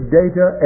data